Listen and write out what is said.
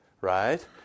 right